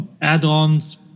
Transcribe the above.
Add-ons